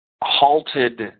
halted